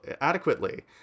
adequately